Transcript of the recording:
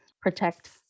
protect